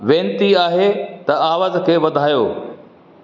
वेनिती आहे त आवाज़ खे वधायो